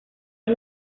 las